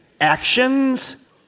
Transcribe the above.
Actions